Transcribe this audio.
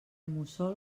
mussol